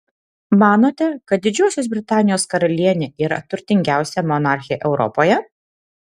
manote kad didžiosios britanijos karalienė yra turtingiausia monarchė europoje